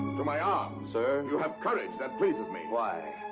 to my arms. sir? you have courage. that pleases me. why?